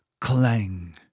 clang